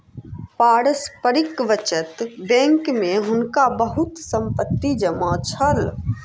पारस्परिक बचत बैंक में हुनका बहुत संपत्ति जमा छल